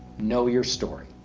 know your story.